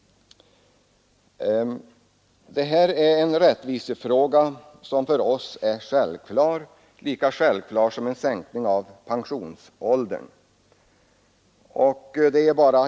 Detta är en för oss självklar rättvisefråga, lika självklar som en sänkning av pensionsåldern.